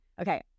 Okay